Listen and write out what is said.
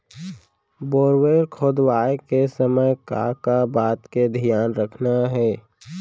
Borewell खोदवाए के समय का का बात के धियान रखना हे?